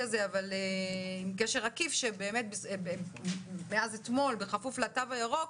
הזה אבל עם קשר עקיף שמאז אתמול בכפוף לתו הירוק